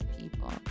people